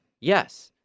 yes